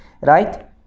Right